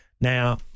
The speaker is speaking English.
Now